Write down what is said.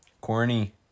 Corny